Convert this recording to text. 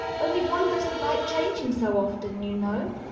only one doesn't like changing so often, you know.